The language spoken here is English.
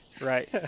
right